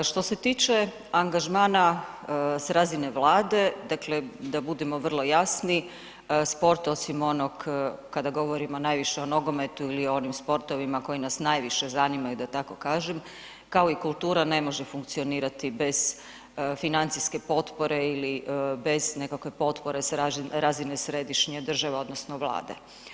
Što se tiče angažmana s razine Vlade, dakle da budemo vrlo jasni, sport osim onog kada govorimo najviše o nogometu ili o onim sportovima koji nas najviše zanimaju da tako kažem kao i kultura ne može funkcionirati bez financijske potpore ili bez nekakve potpore sa razine središnje države odnosno Vlade.